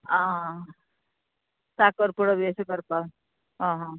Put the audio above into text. आकर कुडो बी अशें करपाक आं हां